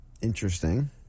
Interesting